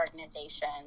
organization